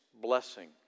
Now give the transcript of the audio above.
blessing